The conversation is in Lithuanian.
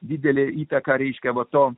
didelę įtaką reiškia va to